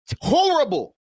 horrible